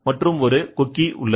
மற்றும் ஒரு கொக்கி உள்ளது